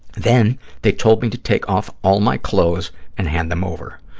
then they told me to take off all my clothes and hand them over.